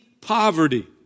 poverty